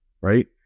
right